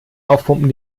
aufpumpen